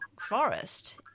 forest